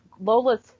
Lola's